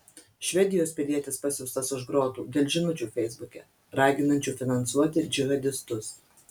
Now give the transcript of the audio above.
švedijos pilietis pasiųstas už grotų dėl žinučių feisbuke raginančių finansuoti džihadistus